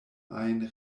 ajn